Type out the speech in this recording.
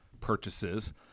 purchases